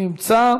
נמצא.